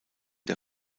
der